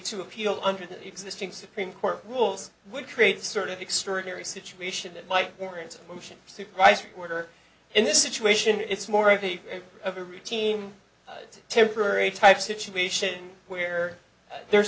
to appeal under the existing supreme court rules would create sort of extraordinary situation that might warrant supervised order in this situation it's more a case of a routine temporary type situation where there's